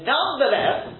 Nonetheless